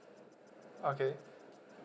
okay